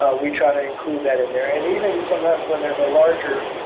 ah we try to include that in there. and even sometimes when there's a larger